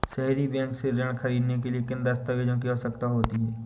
सहरी बैंक से ऋण ख़रीदने के लिए किन दस्तावेजों की आवश्यकता होती है?